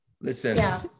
Listen